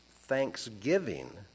thanksgiving